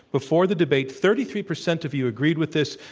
before the debate thirty three percent of you agreed with this.